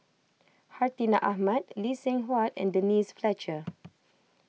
Hartinah Ahmad Lee Seng Huat and Denise Fletcher